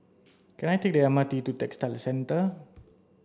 can I take the M R T to Textile Centre